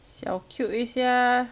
小 cute 一下